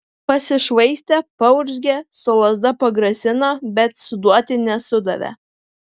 pasišvaistė paurzgė su lazda pagrasino bet suduoti nesudavė